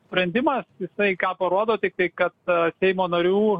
sprendimas jisai ką parodo tiktai kad seimo narių